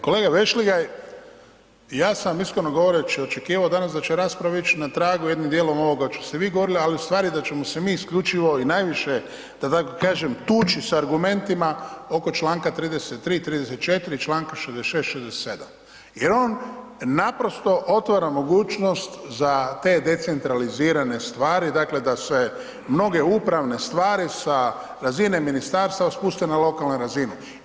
Kolega Vešligaj ja sam iskreno govoreći očekivao danas da će rasprava ići na tragu jednim dijelom ovoga što ste vi govorili, ali u stvari da ćemo se mi isključivo i najviše da tako kažem tući s argumentima oko Članka 33., 34. i Članka 66., 67., jer on naprosto otvara mogućnost za te decentralizirane stvari, dakle da se mnoge upravne stvari sa razine ministarstva spuste na lokalnu razinu.